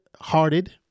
hearted